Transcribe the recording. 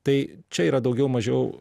tai čia yra daugiau mažiau